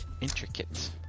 Intricate